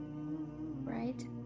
right